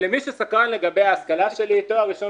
למי שסקרן לגבי ההשכלה שלי תואר ראשון